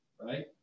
Right